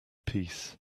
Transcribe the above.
peace